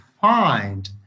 find